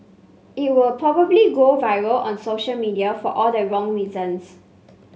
it would probably go viral on social media for all the wrong reasons